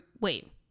Wait